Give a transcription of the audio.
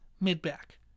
mid-back